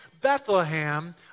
Bethlehem